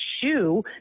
shoe